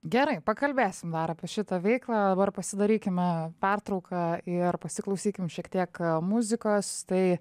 gerai pakalbėsim dar apie šitą veiklą dabar pasidarykime pertrauką ir pasiklausykim šiek tiek muzikos tai